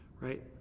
right